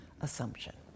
assumption